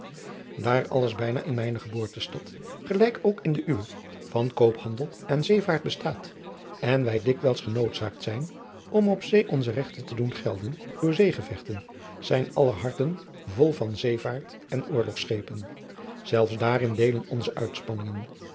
daar alles bijna in mijne geboortestad gelijk ook in de uwe van koophandel en zeevaart bestaat en wij dikwijls genoodzaakt zijn om op zee onze regten te doen gelden door zeegevechten zijn aller harten vol van zeevaart en oorlogschepen zelfs daarin deelen onze uitspanningen